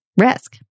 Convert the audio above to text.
risk